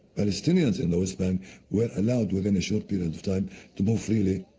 palestinians in the west bank were allowed within a short period of time to move freely,